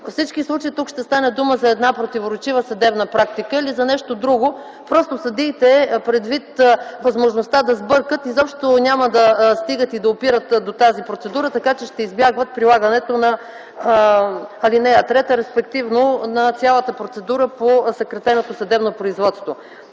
всички случаи тук ще става дума за противоречива съдебна практика или нещо друго. Просто съдиите пред възможността да сбъркат изобщо няма да стигат или да опират до тази процедура, така че ще избягват прилагането на ал. 3, респективно на цялата процедура по съкратеното съдебно производство.